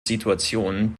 situation